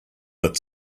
that